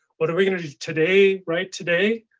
what are we going today right today?